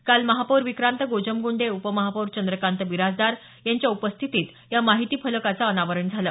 काल महापौर विक्रांत गोजमगुंडे उपमहापौर चंद्रकांत बिराजदार यांच्या उपस्थितीत या माहितीफलकाचं अनावरण झालं